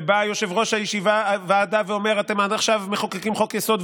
ובא יושב-ראש הוועדה ואומר: אתם עכשיו מחוקקים חוק-יסוד,